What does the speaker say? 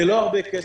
זה לא הרבה כסף.